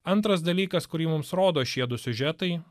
antras dalykas kurį mums rodo šie du siužetai